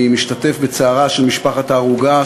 אני משתתף בצערה של משפחת ההרוגה,